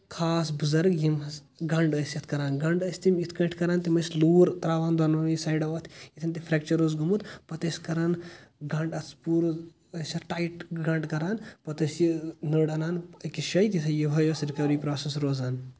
خاص بُزَرٕگ یِم حظ گنٛڈ ٲسۍ یَتھ کَران گَنٛڈ ٲسۍ تِم یِتھ کٲٮ۪ٹھۍ کَران تِم ٲسۍ لوٗر ترٛاوان دوٚنوٕیٖی سَایڈٕو اَتھ ییٚتٮ۪ن تہِ فرٛیکچر اوس گومُت پَتہ ٲسۍ کَران گنٛڈ اَتھ پوٗرٕ ٲسۍ اَتھ ٹَایٹ گَنٛڈ کَران پتہ ٲسۍ یہِ نٔر انان أکِس شٲیہِ تہٕ یِہےٕ ٲس رِکَوری پرٛاسٮ۪س روزان